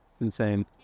Insane